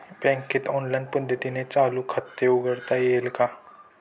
बँकेत ऑनलाईन पद्धतीने चालू खाते उघडता येईल का?